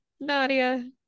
Nadia